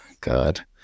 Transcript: God